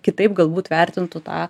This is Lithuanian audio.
kitaip galbūt vertintų tą